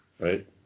right